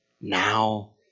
Now